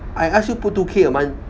I ask you put two K a month